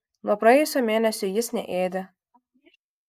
nuo praėjusio mėnesio jis neėdė